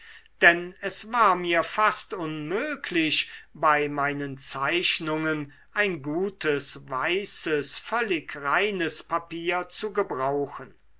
denn es war mir fast unmöglich bei meinen zeichnungen ein gutes weißes völlig reines papier zu gebrauchen